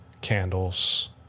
candles